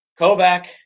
Kovac